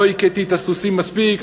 לא הכיתי את הסוסים מספיק,